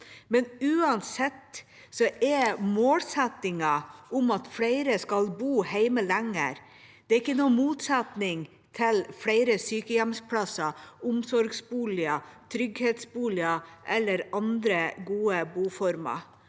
Uansett er ikke målsettingen om at flere skal bo hjemme lenger, noen motsetning til flere sykehjemsplasser, omsorgsboliger, trygghetsboliger eller andre gode boformer.